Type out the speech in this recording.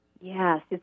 Yes